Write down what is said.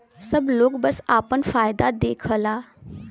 सब लोग बस आपन फायदा देखला